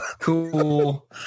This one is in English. Cool